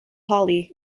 holi